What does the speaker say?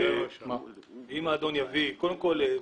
קודם כול,